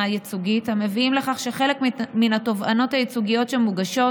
הייצוגית המביאים לכך שחלק מן התובענות הייצוגיות המוגשות,